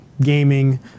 gaming